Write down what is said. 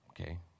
Okay